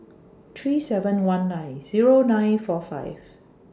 three seven one nine Zero nine four five